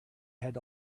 had